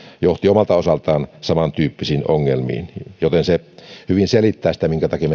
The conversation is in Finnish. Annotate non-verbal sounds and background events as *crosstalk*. johti omalta osaltaan samantyyppisiin ongelmiin joten se hyvin selittää sitä minkä takia *unintelligible*